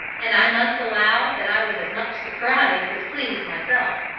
and i must allow that i was as much surprised as pleased myself.